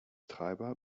treiber